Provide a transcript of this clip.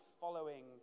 following